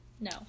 No